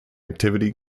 activity